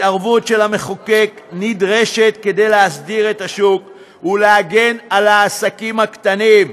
התערבות של המחוקק נדרשת כדי להסדיר את השוק ולהגן על העסקים הקטנים.